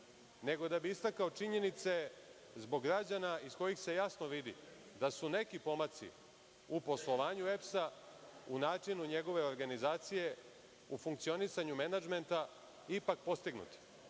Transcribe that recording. nego da bih istakao činjenice, zbog građana, iz kojih se jasno vidi da su neki pomaci u poslovanju EPS-a, u načinu njegove organizacije, u funkcionisanju menadžmenta, ipak postignuti.